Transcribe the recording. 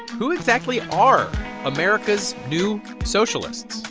who exactly are america's new socialists?